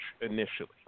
initially